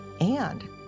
and